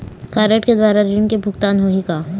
Card के द्वारा ऋण के भुगतान होही का?